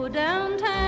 downtown